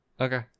Okay